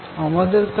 আমাদের কাছে রয়েছে f